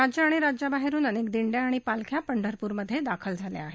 राज्य आणि राज्याबाहेरून अनेक दिंड्या आणि पालख्या पंढरप्रमध्ये दाखल झाल्या आहेत